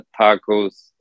tacos